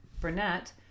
Burnett